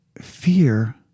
fear